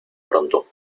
pronto